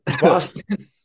Boston